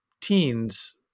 teens